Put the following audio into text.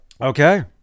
okay